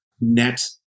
net